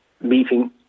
meeting